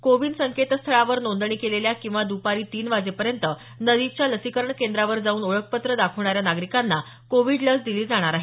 कोविन संकेतस्थळावर नोंदणी केलेल्या किंवा द्पारी तीन वाजेनंतर नजिकच्या लसीकरण केंद्रावर जाऊन ओळखपत्र दाखवणाऱ्या नागरिकांना कोविड लस दिली जाणार आहे